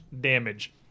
damage